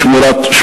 לאומיים,